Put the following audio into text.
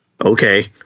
Okay